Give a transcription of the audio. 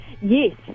Yes